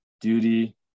duty